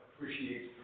appreciates